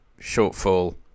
shortfall